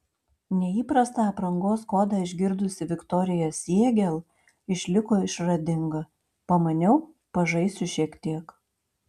neįprastą aprangos kodą išgirdusi viktorija siegel išliko išradinga pamaniau pažaisiu šiek tiek